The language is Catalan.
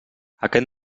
aquest